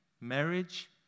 marriage